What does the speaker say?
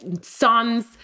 sons